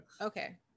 Okay